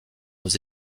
aux